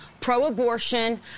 pro-abortion